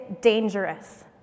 dangerous